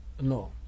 No